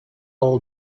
all